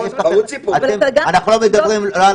נכון, ולעוד